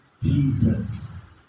Jesus